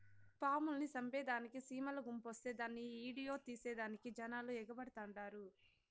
పాముల్ని సంపేదానికి సీమల గుంపొస్తే దాన్ని ఈడియో తీసేదానికి జనాలు ఎగబడతండారు